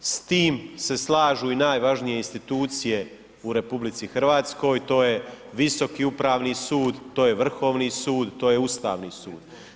S tim se slažu i najvažnije institucije u RH to je Visoki upravni sud, to je Vrhovni sud, to je Ustavni sud.